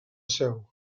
seu